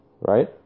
right